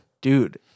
Dude